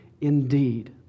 indeed